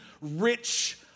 rich